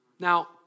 Now